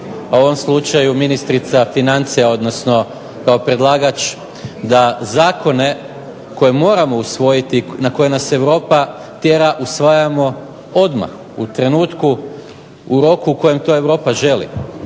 u ovom slučaju ministrica financija, odnosno kao predlagač da zakone koje moramo usvojiti, na koje nas Europa tjera usvajamo odmah u trenutku, u roku u kojem to Europa želi.